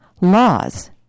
laws